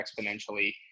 exponentially